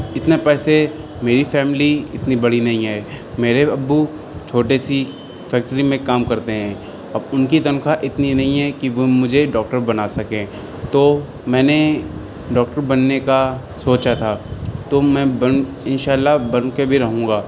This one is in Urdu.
اتنے پیسے میری فیملی اتنی بڑی نہیں ہے میرے ابو چھوٹے سی فیکٹری میں کام کرتے ہیں ان کی تنخواہ اتنی نہیں ہے کہ وہ مجھے ڈاکٹر بنا سکیں تو میں نے ڈاکٹر بننے کا سوچا تھا تو میں بن ان شاء اللہ بن کے بھی رہوں گا